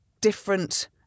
different